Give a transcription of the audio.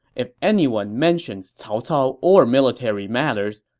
if anyone mentions cao cao or military matters,